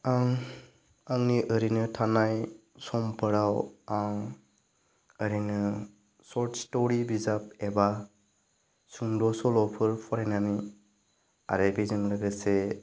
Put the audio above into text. आं आंनि ओरैनो थानाय समफोराव आं ओरैनो शर्ट स्ट'रि बिजाब एबा सुंद' सल'फोर फरायनानै आरो बेजों लोगोसे